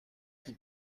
qui